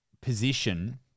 position